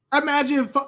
Imagine